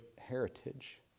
heritage